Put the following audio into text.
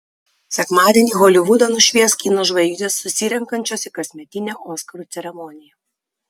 sekmadienį holivudą nušvies kino žvaigždės susirinksiančios į kasmetinę oskarų ceremoniją